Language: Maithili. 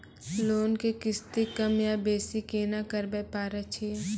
लोन के किस्ती कम या बेसी केना करबै पारे छियै?